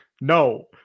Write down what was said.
No